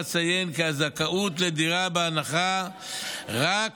אציין כי הזכאות לדירה בהנחה הינה רק